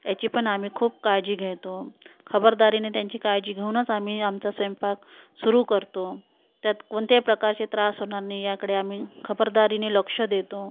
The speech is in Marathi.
याची पण आम्ही खूप काळजी घेतो खबरदारीने त्यांची काळजी घेऊनच आम्ही आमचा स्वयंपाक सुरू करतो त्यात कोणतेही प्रकारचे त्रास होणार नाही याकडे आम्ही खबरदारीने लक्ष देतो